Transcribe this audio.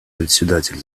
председатель